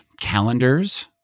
calendars